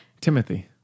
Timothy